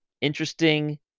interesting